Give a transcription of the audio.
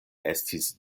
estis